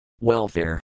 Welfare